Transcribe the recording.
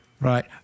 Right